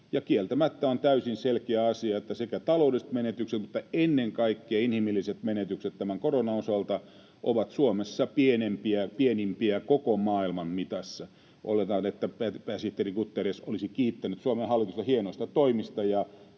Kieltämättä on täysin selkeä asia, että taloudelliset menetykset mutta ennen kaikkea inhimilliset menetykset tämän koronan osalta ovat Suomessa pienimpiä koko maailman mitassa. Oletan, että pääsihteeri Guterres olisi kiittänyt Suomen hallitusta hienoista toimista,